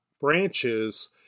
branches